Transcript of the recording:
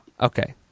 Okay